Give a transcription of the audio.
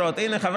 ואז אני אגיד לך.